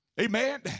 Amen